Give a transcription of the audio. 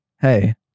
Hey